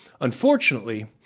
unfortunately